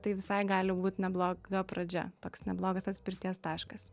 tai visai gali būt nebloga pradžia toks neblogas atspirties taškas